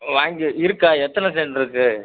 வாங்கி இருக்கா எத்தனை சென்ட் இருக்குது